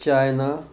China